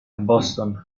boston